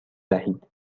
دهید